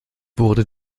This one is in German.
wurde